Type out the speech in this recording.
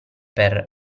per